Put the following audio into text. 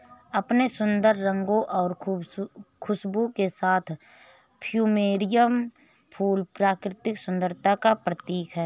अपने सुंदर रंगों और खुशबू के साथ प्लूमेरिअ फूल प्राकृतिक सुंदरता का प्रतीक है